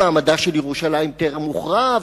שמעמדה של ירושלים טרם הוכרע,